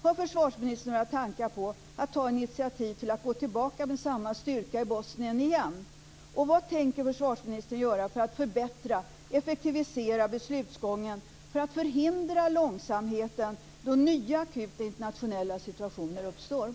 Har försvarsministern några tankar på att ta initiativ till att återgå till samma styrka i Bosnien igen?